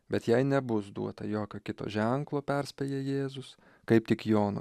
bet jei nebus duota jokio kito ženklo perspėja jėzus kaip tik jono